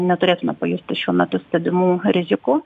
neturėtume pajusti šiuo metu stebimų rižikų